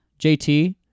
JT